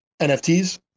NFTs